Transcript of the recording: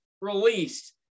released